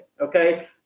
okay